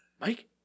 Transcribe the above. Mike